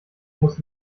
muss